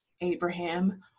abraham